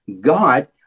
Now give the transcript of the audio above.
God